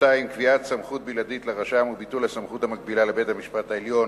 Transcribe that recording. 2. קביעת סמכות בלעדית לרשם וביטול הסמכות המקבילה לבית-המשפט העליון